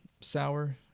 sour